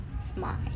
smile